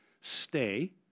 stay